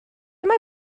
mae